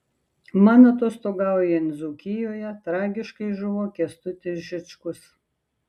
man atostogaujant dzūkijoje tragiškai žuvo kęstutis žičkus